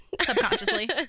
Subconsciously